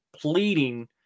pleading